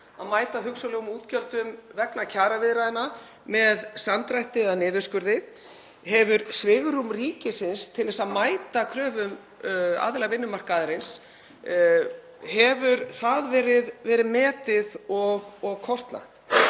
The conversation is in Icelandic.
að mæta hugsanlegum útgjöldum vegna kjaraviðræðna með samdrætti eða niðurskurði? Hefur svigrúm ríkisins til að mæta kröfum aðila vinnumarkaðarins verið metið og kortlagt?